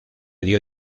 dio